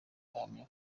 bahamya